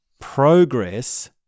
progress